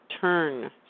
turn